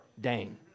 Dane